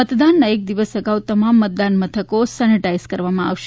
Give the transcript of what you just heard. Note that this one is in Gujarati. મતદાનના એક દિવસ અગાઉ તમામ મતદાન મથકો સેનિટાઈઝ કરવામાં આવશે